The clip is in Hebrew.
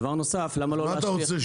מה אתה רוצה,